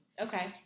Okay